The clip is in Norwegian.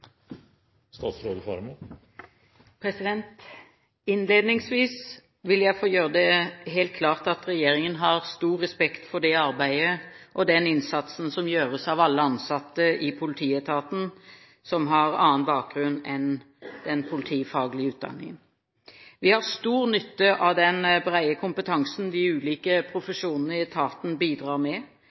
Innledningsvis vil jeg få gjøre det helt klart at regjeringen har stor respekt for det arbeidet og den innsatsen som gjøres av alle ansatte i politietaten som har annen bakgrunn enn politifaglig utdanning. Vi har stor nytte av den brede kompetansen de ulike profesjonene i etaten bidrar med